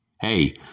Hey